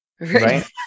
Right